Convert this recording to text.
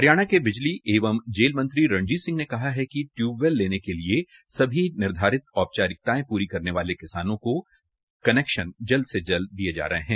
हरियाणा के बिजली एवं जेल मंत्री रणजीत सिंह ने कहा है कि ट्यूबवेल लेने के लिए सभी निर्धारित औपचारिकताएं प्री करने वाले किसानों को कनेक्शन जल्द से जल्द दिये जा रहे हैं